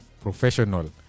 professional